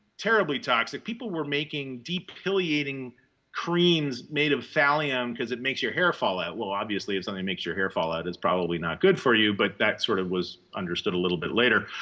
terribly toxic. people were making depilating creams made of thallium because it makes your hair fall out. well, obviously, if something makes your hair fall out, it's probably not good for you, but that sort of was understood a little bit later.